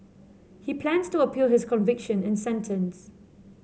he plans to appeal his conviction and sentence